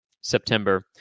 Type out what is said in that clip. September